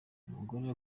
umugore